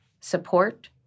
support